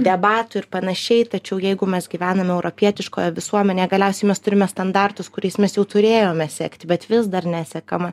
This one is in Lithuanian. debatų ir panašiai tačiau jeigu mes gyvename europietiškoje visuomenėje galiausiai mes turime standartus kuriais mes jau turėjome sekti bet vis dar nesekama